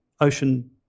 ocean